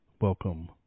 welcome